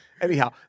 Anyhow